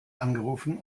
angerufen